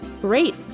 Great